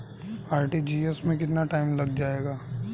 RTGS में कितना time लग जाएगा?